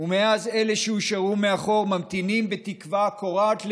ומאז אלו שהושארו מאחור ממתינים בתקווה קורעת לב,